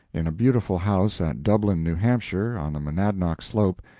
in a beautiful house at dublin, new hampshire, on the monadnock slope,